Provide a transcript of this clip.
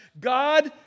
God